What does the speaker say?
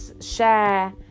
share